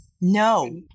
No